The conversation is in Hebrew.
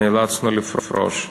נאלצנו לפרוש.